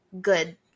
good